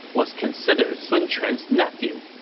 was considered sun quan's nephew.